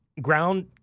ground